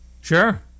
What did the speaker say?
Sure